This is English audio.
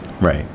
Right